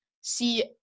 see